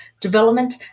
development